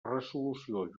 resolució